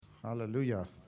Hallelujah